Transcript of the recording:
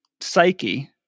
psyche